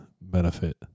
benefit